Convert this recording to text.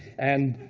and